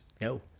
no